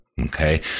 Okay